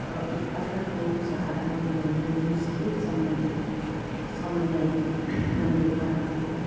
र एक आर्काको सहारा बनेर यो मुस्किल समयलाई समयलाई हामीले पार गर्यौँ